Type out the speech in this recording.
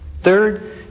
Third